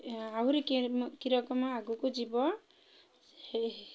ଆହୁରି ଆଗକୁ ଯିବ